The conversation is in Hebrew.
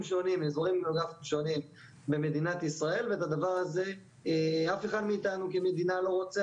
שונים במדינת ישראל ואת הדבר הזה אף אחד מאיתנו כמדינה לא רוצה,